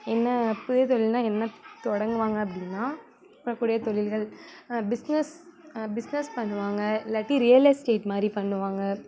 என்ன புதிய தொழில்ன்னா என்ன தொடங்குவாங்க அப்படின்னா இப்போ புதிய தொழில்கள் பிஸ்னஸ் பிஸ்னஸ் பண்ணுவாங்க இல்லாட்டி ரியல் எஸ்டேட் மாதிரி பண்ணுவாங்க